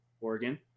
Oregon